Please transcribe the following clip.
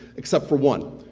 except for one.